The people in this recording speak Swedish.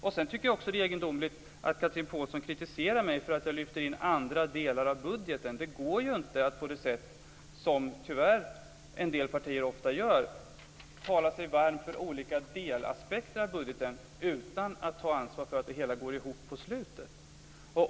Jag tycker också att det är egendomligt att Chatrine Pålsson kritiserar mig för att jag lyfter in andra delar av budgeten. Det går inte att på det sätt som tyvärr en del partier ofta gör tala sig varm för olika delaspekter av budgeten utan att ta ansvar för att det hela går ihop på slutet.